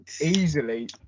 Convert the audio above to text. easily